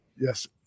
Yes